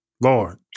Lord